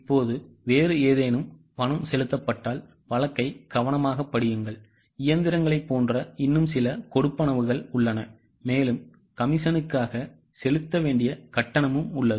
இப்போது வேறு ஏதேனும் பணம் செலுத்தப்பட்டால் வழக்கை கவனமாகப் படியுங்கள் இயந்திரங்களைப் போன்ற இன்னும் சில கொடுப்பனவுகள் உள்ளன மேலும் கமிஷனுக்காக செலுத்த வேண்டிய கட்டணமும் உள்ளது